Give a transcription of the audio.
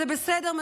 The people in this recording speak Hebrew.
זה בסדר,